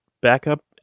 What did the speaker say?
backup